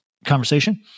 Conversation